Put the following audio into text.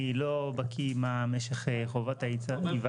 אני לא בקיא מה משך חובת ההיוועצות.